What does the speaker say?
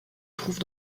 trouve